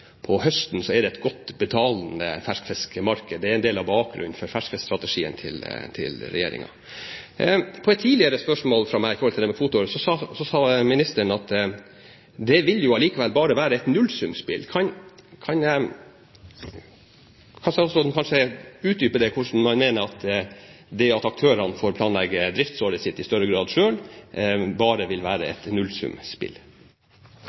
om høsten er et godt betalende ferskfiskmarked. Det er en del av bakgrunnen for ferskfiskstrategien til regjeringen. På et tidligere spørsmål fra meg om det med kvoteordninger sa ministeren at det jo allikevel bare vil være et nullsumspill. Kan statsråden kanskje utdype hvorfor man mener at det at aktørene får planlegge driftsåret sitt i større grad selv, bare vil være